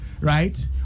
right